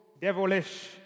devilish